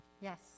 Yes